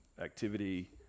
activity